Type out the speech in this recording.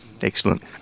excellent